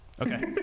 Okay